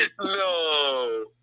No